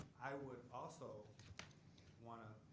i would also want to,